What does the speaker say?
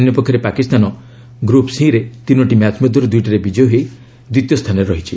ଅନ୍ୟ ପକ୍ଷରେ ପାକିସ୍ତାନ ଗ୍ରୁପ୍ ସିରେ ତିନୋଟି ମ୍ୟାଚ୍ ମଧ୍ୟରୁ ଦୁଇଟିରେ ବିଜୟୀ ହୋଇ ଦ୍ୱିତୀୟ ସ୍ଥାନରେ ରହିଛି